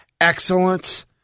excellence